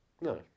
No